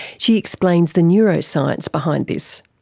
she explains the neuroscience behind this.